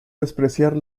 despreciar